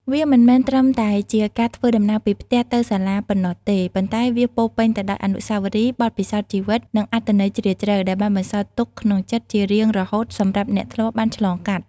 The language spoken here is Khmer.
វាមិនមែនត្រឹមតែជាការធ្វើដំណើរពីផ្ទះទៅសាលាប៉ុណ្ណោះទេ ប៉ុន្តែវាពោរពេញទៅដោយ អនុស្សាវរីយ៍ បទពិសោធន៍ជីវិត និងអត្ថន័យជ្រាលជ្រៅ ដែលបានបន្សល់ទុកក្នុងចិត្តជារៀងរហូតសម្រាប់អ្នកធ្លាប់បានឆ្លងកាត់។